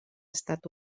estat